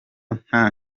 nta